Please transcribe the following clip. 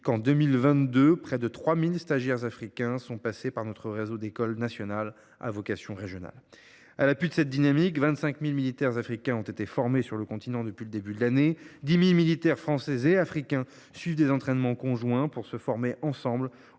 en outre, près de 3 000 stagiaires africains sont passés par notre réseau des Écoles nationales à vocation régionales (ENVR). À l’appui de cette dynamique, 25 000 militaires africains ont été formés sur le continent depuis le début de l’année. Quelque 10 000 militaires français et africains suivent des entraînements conjoints, pour se former ensemble